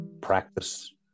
practice